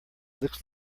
looks